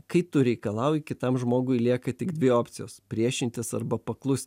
kai tu reikalauji kitam žmogui lieka tik dvi opcijos priešintis arba paklust